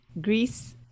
Greece